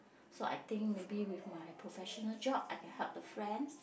so I think maybe with my professional job I can help the friends